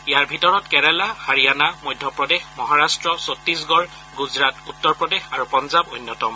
ইয়াৰ ভিতৰত কেৰালা হাৰিয়ানা মধ্য প্ৰদেশ মহাৰাট্ট চট্টিশগড় গুজৰাট উত্তৰ প্ৰদেশ আৰু পঞ্জাৱ অন্যতম